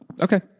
Okay